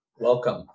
Welcome